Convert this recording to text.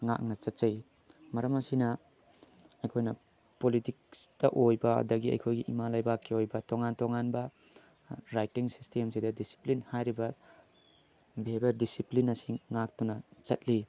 ꯉꯥꯛꯅ ꯆꯠꯆꯩ ꯃꯔꯝ ꯑꯁꯤꯅ ꯑꯩꯈꯣꯏꯅ ꯄꯣꯂꯤꯇꯤꯛꯁꯇ ꯑꯣꯏꯕ ꯑꯗꯒꯤ ꯑꯩꯈꯣꯏꯒꯤ ꯏꯃꯥ ꯂꯩꯕꯥꯛꯀꯤ ꯑꯣꯏꯕ ꯇꯣꯉꯥꯟ ꯇꯣꯉꯥꯟꯕ ꯔꯥꯏꯇꯤꯡ ꯁꯤꯁꯇꯦꯝꯁꯤꯗ ꯗꯤꯁꯤꯄ꯭ꯂꯤꯟ ꯍꯥꯏꯔꯤꯕ ꯕꯤꯍꯦꯚꯤꯌꯔ ꯗꯤꯁꯤꯄ꯭ꯂꯤꯟ ꯑꯁꯦ ꯑꯁꯤ ꯉꯥꯛꯇꯨꯅ ꯆꯠꯂꯤ